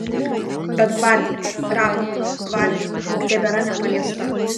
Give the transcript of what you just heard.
bet gvardija rapai gvardija juk tebėra nepaliesta